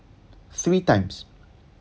three times